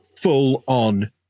full-on